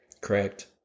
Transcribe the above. Correct